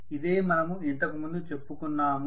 ఇదే మనము ఇంతకు ముందు చెప్పుకున్నాము